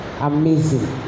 Amazing